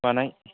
बानाय